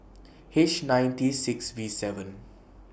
H nine T six V seven